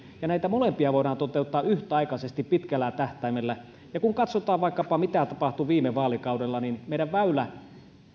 ja näitä molempia voidaan toteuttaa yhtäaikaisesti pitkällä tähtäimellä ja kun katsotaan vaikkapa mitä tapahtui viime vaalikaudella niin meidän